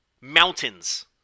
Mountains